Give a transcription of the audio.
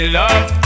love